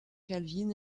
calvin